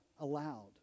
allowed